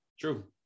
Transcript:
True